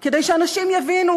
כדי שאנשים באמת יבינו,